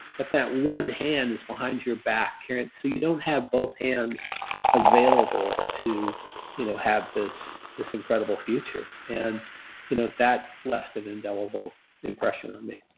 but that one hand is behind your back so you don't have both hands available to you know have this this incredible future. and you know that left an indelible impression on me.